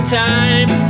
time